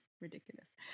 ridiculous